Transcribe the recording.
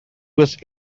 was